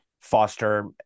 foster